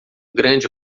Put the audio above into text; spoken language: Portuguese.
grande